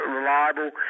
reliable